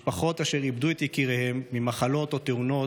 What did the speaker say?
משפחות אשר איבדו את יקיריהן ממחלות או תאונות,